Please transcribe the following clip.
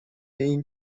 این